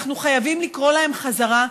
אנחנו חייבים לקרוא להם חזרה.